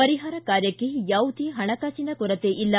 ಪರಿಹಾರ ಕಾರ್ಯಕ್ಕೆ ಯಾವುದೇ ಪಣಕಾಸಿನ ಕೊರತೆ ಇಲ್ಲ